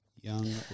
Young